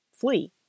flee